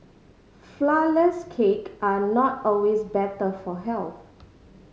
flourless cake are not always better for health